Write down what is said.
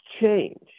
change